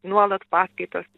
nuolat paskaitos